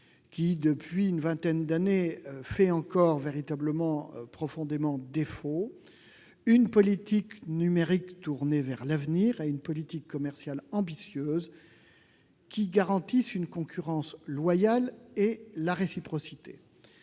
depuis une vingtaine d'années, profondément défaut, une politique numérique tournée vers l'avenir, et une politique commerciale ambitieuse garantissant concurrence loyale et réciprocité.